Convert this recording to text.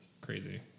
crazy